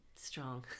Strong